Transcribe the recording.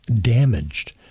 damaged